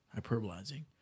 hyperbolizing